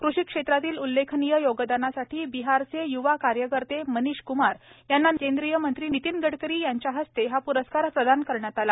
कृषी क्षेत्रातील उल्लेखनीय योगदानासाठी बिहारचे य्वा कार्यकर्ते मनिष क्मार यांना नितीन गडकरी यांच्या हस्ते हा प्रस्कार प्रदान करण्यात आला